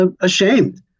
ashamed